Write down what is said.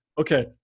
okay